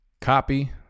Copy